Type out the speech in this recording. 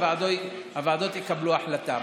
הוועדות יקבלו החלטה.